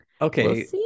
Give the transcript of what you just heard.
Okay